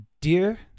Dear